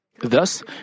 Thus